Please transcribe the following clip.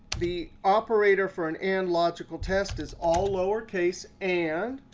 the operator for an and logical test is all lowercase and,